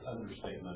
understatement